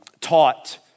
taught